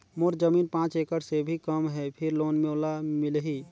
मोर जमीन पांच एकड़ से भी कम है फिर लोन मोला मिलही?